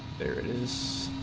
there is